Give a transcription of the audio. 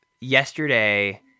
yesterday